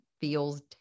feels